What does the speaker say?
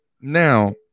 Now